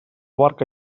barca